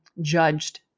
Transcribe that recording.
judged